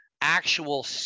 actual